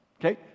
okay